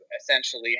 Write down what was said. essentially